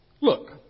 look